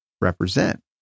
represent